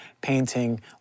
painting